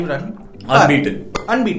Unbeaten